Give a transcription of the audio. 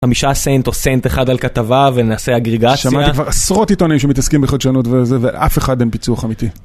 חמישה סנט או סנט אחד על כתבה ונעשה אגריגציה. שמעתי כבר עשרות עיתונים שמתעסקים בחדשנות וזה, ולאף אחד אין פיצוח אמיתי.